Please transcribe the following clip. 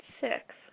six